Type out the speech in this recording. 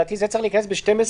לדעתי זה צריך להיכנס ב-12ד,